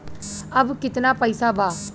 अब कितना पैसा बा?